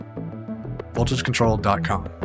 voltagecontrol.com